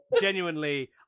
Genuinely